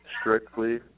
strictly